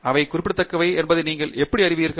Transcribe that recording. அவை குறிப்பிடத்தக்கவை என்பதை நீங்கள் எப்படி அறிவீர்கள்